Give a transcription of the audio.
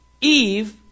Eve